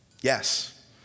Yes